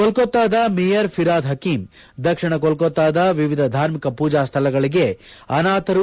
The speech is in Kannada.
ಕೋಲ್ಕತ್ತಾದ ಮೇಯರ್ ಫಿರಾದ್ ಹಕ್ಕೀಂ ದಕ್ಷಿಣಾ ಕೋಲ್ಕತ್ತಾದ ವಿವಿಧ ಧಾರ್ಮಿಕ ಪೂಜಾ ಸ್ಥಳಗಳಿಗೆ ಅನಾಥರು